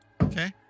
Okay